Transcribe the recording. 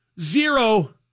Zero